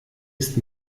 ist